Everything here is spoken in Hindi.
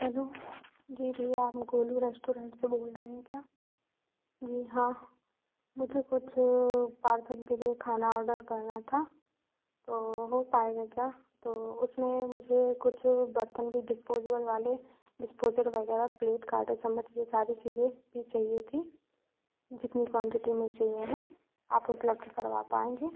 हेलो जी भैया आप गोलू रेस्टोरेंट से बोल रहें क्या जी हाँ मुझे कुछ पार्सल के लिए खाना ऑर्डर करना था तो हो पाएगा क्या तो उसमें मुझे कुछ बर्तन भी डिस्पोजेवल वाले डिस्पोजर वग़ैरह प्लेट कांटा चम्मच ये सारी चीज़ें भी चहिए थी जितनी क्वांटिटी में चाहिए हैं आप उपलब्ध करवा पाएंगे